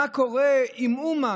מה קורה עם אומן?